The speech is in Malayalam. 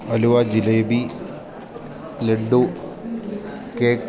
അലുവ ജിലേബി ലെഡ്ഡു കേക്ക്